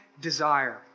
desire